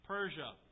Persia